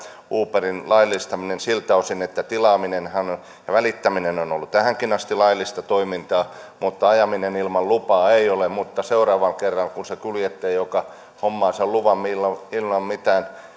uberin laillistaminen siltä osin että tilaaminen ja välittäminen on on ollut tähänkin asti laillista toimintaa mutta ajaminen ilman lupaa ei ole ollut mutta seuraavan kerran kun se kuljettaja hommaa sen luvan ilman mitään